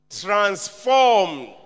transformed